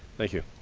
thank you.